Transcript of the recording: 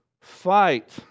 fight